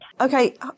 Okay